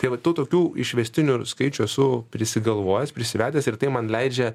tai vat tų tokių išvestinių ir skaičių esu prisigalvojęs prisivedęs ir tai man leidžia